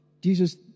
Jesus